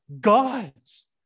God's